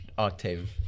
octave